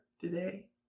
today